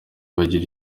bagira